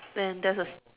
and there's a